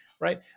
Right